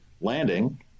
landing